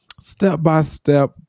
step-by-step